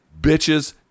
Bitches